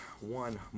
one